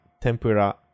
Tempura